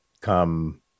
come